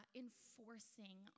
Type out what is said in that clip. enforcing